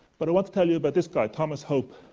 but i want to tell you about this guy, thomas hope.